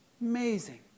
Amazing